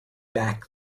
back